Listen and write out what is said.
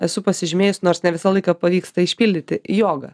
esu pasižymėjus nors ne visą laiką pavyksta išpildyti jogą